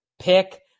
pick